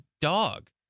dog